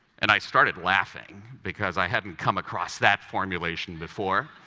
and i started laughing, because i hadn't come across that formulation before.